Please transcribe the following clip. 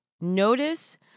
notice